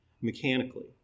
mechanically